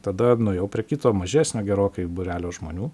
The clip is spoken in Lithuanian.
tada nuėjau prie kito mažesnio gerokai būrelio žmonių